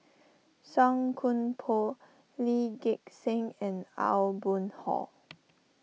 Song Koon Poh Lee Gek Seng and Aw Boon Haw